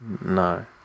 No